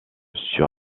sur